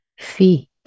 feet